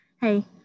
Hey